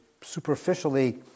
superficially